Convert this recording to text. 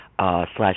slash